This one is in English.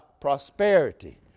prosperity